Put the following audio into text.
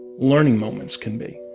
learning moments can be